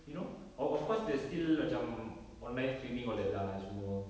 you know of of course there's still macam online streaming all that lah cuma